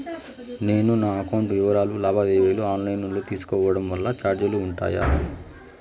నేను నా అకౌంట్ వివరాలు లావాదేవీలు ఆన్ లైను లో తీసుకోవడం వల్ల చార్జీలు ఉంటాయా?